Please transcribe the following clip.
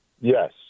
Yes